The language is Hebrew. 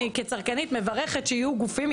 אני כצרכנית מברכת שיהיו גופים.